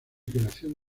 creación